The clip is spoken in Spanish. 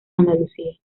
andalucía